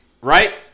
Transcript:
Right